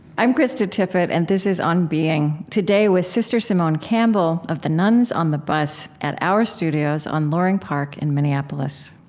i'm krista tippett, and this is on being. today, with sister simone campbell of the nuns on the bus at our studios on loring park in minneapolis